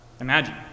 Imagine